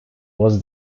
was